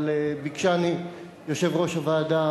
אבל ביקשני יושב-ראש הוועדה,